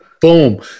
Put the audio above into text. Boom